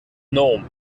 gnome